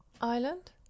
Island